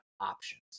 options